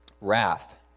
Wrath